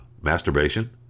masturbation